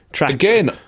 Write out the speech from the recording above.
Again